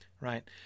right